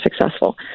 successful